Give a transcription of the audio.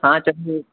हाँ चाहिए